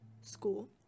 school